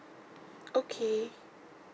okay